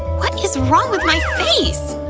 what is wrong with my face!